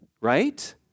right